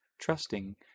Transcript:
trusting